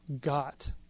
got